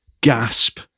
gasp